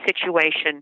situation